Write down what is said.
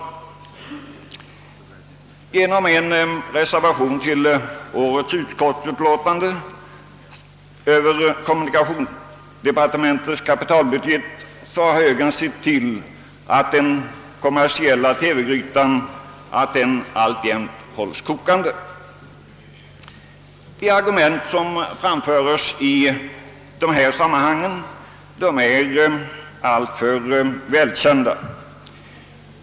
Genom en reservation vid årets utskottsutlåtande över kommunikationsdepartementets kapitalbudget har högern sett till att den kommersiella TV grytan alltjämt hålls kokande. De argument som anförs i sådana här sammanhang är välkända.